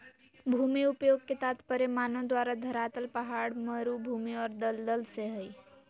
भूमि उपयोग के तात्पर्य मानव द्वारा धरातल पहाड़, मरू भूमि और दलदल से हइ